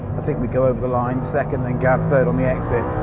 i think we go over the line second, then grab third on the exit.